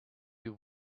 you